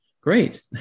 great